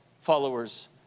followers